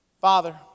Father